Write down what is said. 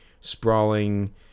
sprawling